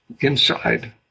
inside